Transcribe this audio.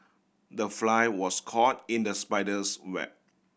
the fly was caught in the spider's web